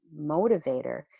motivator